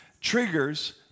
Triggers